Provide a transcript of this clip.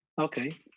Okay